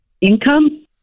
income